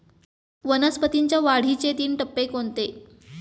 वनस्पतींच्या वाढीचे तीन टप्पे कोणते?